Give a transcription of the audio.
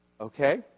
Okay